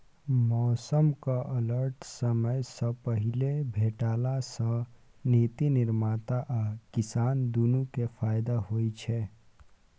मौसमक अलर्ट समयसँ पहिने भेटला सँ नीति निर्माता आ किसान दुनु केँ फाएदा होइ छै